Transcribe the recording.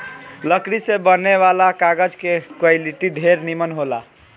लकड़ी से बने वाला कागज के क्वालिटी ढेरे निमन होला